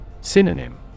Synonym